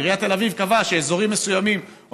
עיריית תל אביב קבעה שאזורים מסוימים או